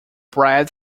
bred